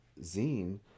zine